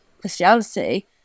Christianity